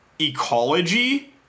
ecology